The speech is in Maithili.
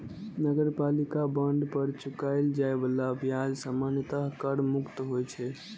नगरपालिका बांड पर चुकाएल जाए बला ब्याज सामान्यतः कर मुक्त होइ छै